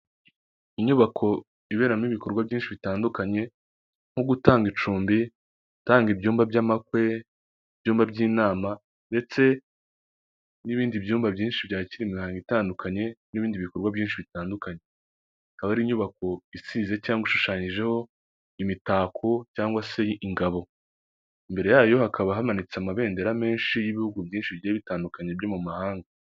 Inyubako iberamo ibikorwa byinshi bitandukanye, nko gutanga icumbi, gutanga ibyumba by'amakwe, ibyumba by'inama ndetse n'ibindi byumba byinshi byakira imihango itandukanye n'ibindi bikorwa byinshi bitandukanye, ikaba ari inyubako isize cyangwa ishushanyijeho imitako cyangwa se ingabo, imbere yayo hakaba hamanitse amabendera menshi y'ibihugu byinshi bigiye bitandukanye byo mu mahanga.